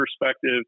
perspective